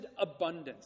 abundance